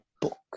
book